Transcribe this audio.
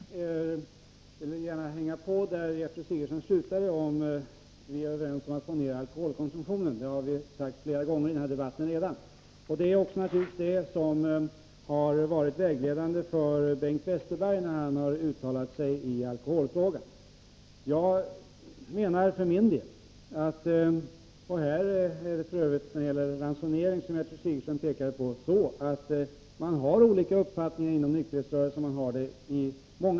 Herr talman! Jag vill gärna hänga på där Gertrud Sigurdsen slutade, att vi är överens om att försöka få ned alkoholkonsumtionen. Det har vi redan sagt flera gånger i denna debatt. Det är naturligtvis också det som har varit vägledande för Bengt Westerberg, när han har uttalat sig i alkoholfrågan. Då det gäller frågan om ransonering, som Gertrud Sigurdsen pekade på, finns det olika uppfattningar inom nykterhetsrörelsen.